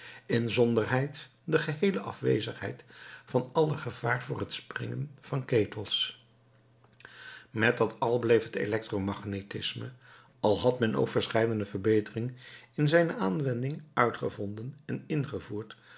inzonderheid de geheele afwezigheid van alle gevaar voor het springen van ketels met dat al bleef het elektro magnetisme al had men ook verscheidene verbeteringen in zijne aanwending uitgevonden en ingevoerd